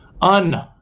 un